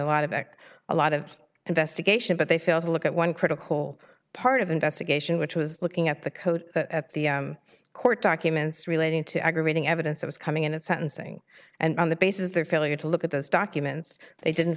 a lot of ect a lot of investigation but they failed to look at one critical part of investigation which was looking at the code at the court documents relating to aggravating evidence that was coming in at sentencing and on the bases their failure to look at those documents they didn't